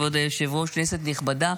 כבוד היושב-ראש, כנסת נכבדה,